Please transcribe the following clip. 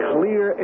Clear